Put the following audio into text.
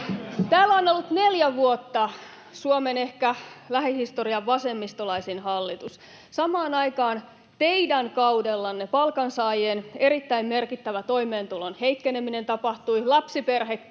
Täällä on ollut neljä vuotta Suomen lähihistorian ehkä vasemmistolaisin hallitus. Samaan aikaan teidän kaudellanne tapahtui palkansaajien erittäin merkittävä toimeentulon heikkeneminen, lapsiperheköyhyys